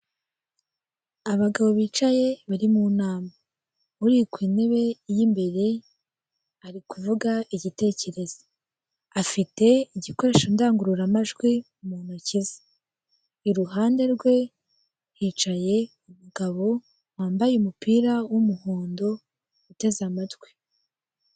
Abagabo bicaye, bari mu nama. Uri ku ntebe y'imbere ari kuvuga igitekerezo. Afite igikoresho ndangururamajwi mu ntoki ze. Iruhande rwe hicaye abagabo wambaye umupira w'umuhondo, uteze amatwi.